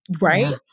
Right